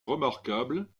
remarquable